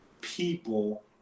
people